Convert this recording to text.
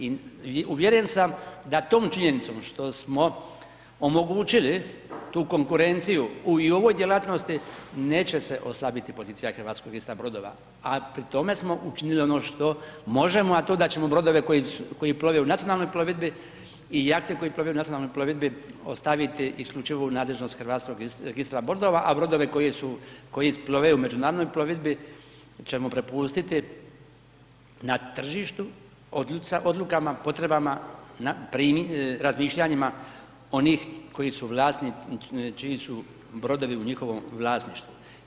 I uvjeren sam da tom činjenicom, što smo omogućili tu konkurenciju i u ovoj djelatnosti neće se oslabiti pozicija Hrvatskog registra brodova, a pri tome smo učinili ono što možemo, a to da ćemo brodove koji plove u nacionalnoj plovidbi i jahte koje plove u nacionalnoj plovidbi ostaviti isključivo u nadležnost Hrvatskog registra brodova, a brodova koji plove u međunarodnoj plovidbi ćemo prepustiti na tržištu sa odlukama, potrebama na razmišljanjima onih koji su vlasnici čiji su brodovi u njihovom vlasništvu.